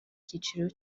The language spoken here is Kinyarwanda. cyiciro